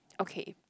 okay